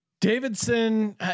Davidson